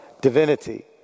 divinity